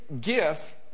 gift